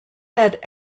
had